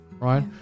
right